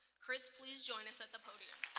chris, please join us at the podium.